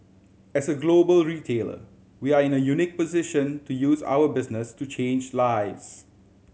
as a global retailer we are in a unique position to use our business to change lives